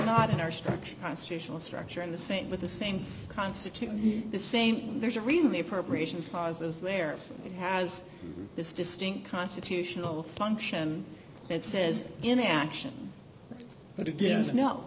not in our structure constitutional structure and the same with the same constitution the same there's a reason the appropriations pauses there has this distinct constitutional function it says in action